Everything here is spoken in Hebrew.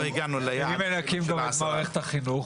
לא הגענו ליעד של 10%. ואם מנכים גם את מערכת החינוך?